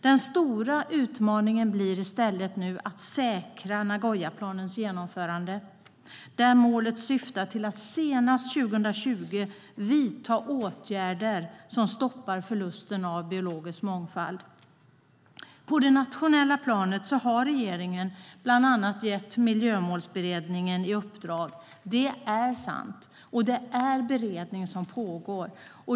Den stora utmaningen blir nu i stället att säkra Nagoyaplanens genomförande, där målet syftar till att senast 2020 vidta åtgärder som stoppar förlusten av biologisk mångfald. På det nationella planet har regeringen bland annat gett Miljömålsberedningen uppdrag. Det är sant, och beredning pågår.